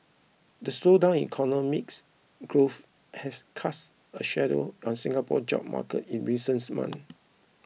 the slowdown in economics growth has cast a shadow on Singapore's job market in recent months